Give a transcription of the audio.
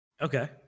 Okay